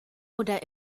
oder